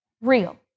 real